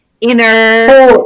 inner